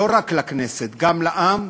לא רק לכנסת, גם לעם,